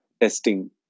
testing